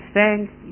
thanks